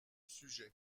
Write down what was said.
sujet